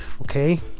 okay